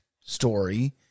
story